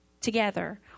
together